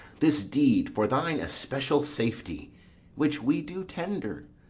this deed, for thine especial safety which we do tender,